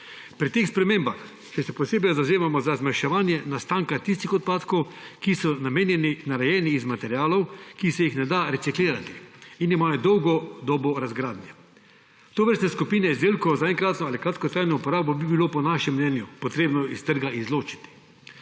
Pri teh spremembah se še posebej zavzamemo za zmanjševanje nastanka tistih odpadkov, ki so narejeni iz materialov, ki se jih ne da reciklirati in imajo dolgo dobo razgradnje. Tovrstne skupine izdelkov za enkratno ali kratkotrajno uporabo bi bilo po našem mnenju potrebno s trga izločiti,